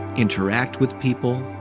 interact with people?